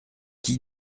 qui